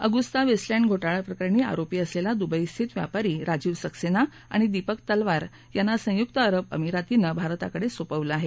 Agusta Westland घोटाळा प्रकरणी आरोपी असलेला दुबईस्थित व्यापारी राजीव सक्सेना आणि दीपक तलवार यांना संयुक्त अरब अमिरातीनं भारताकडे सोपवलं आहे